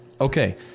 Okay